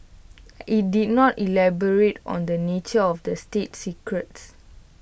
IT did not elaborate on the nature of the state secrets